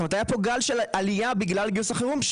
כלומר היה פה גל עלייה בגלל גיוס החירום.